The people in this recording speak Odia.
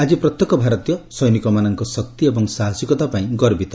ଆଜି ପ୍ରତ୍ୟେକ ଭାରତୀୟ ସୈନିକମାନଙ୍କ ଶକ୍ତି ଏବଂ ସାହସିକତା ପାଇଁ ଗର୍ବିତ